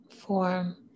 form